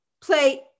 play